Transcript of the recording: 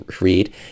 read